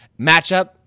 matchup